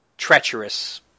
treacherous